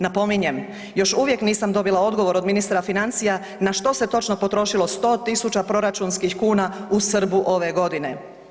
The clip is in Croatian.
Napominjem, još uvijek nisam dobila odgovor od ministra financija na što se točno potrošilo 100 000 proračunskih kuna u Srbu ove godine.